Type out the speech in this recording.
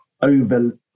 over